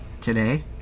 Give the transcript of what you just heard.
Today